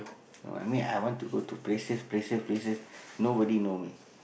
no I mean I want to go to places places places nobody know me